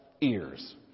ears